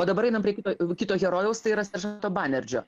o dabar einam prie kito kito herojaus tai yra seržanto banerdžio